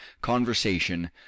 conversation